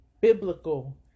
biblical